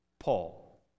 Paul